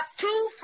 two